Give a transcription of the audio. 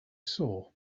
saw